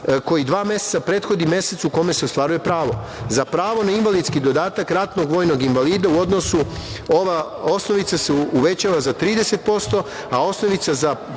koji dva meseca prethodi mesecu u kome se ostvaruje pravo.Za pravo na invalidski dodatak ratnog vojnog invalida u odnosu ova osnovica se uvećava za 30%, a osnovica za